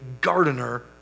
gardener